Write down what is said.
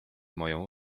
moją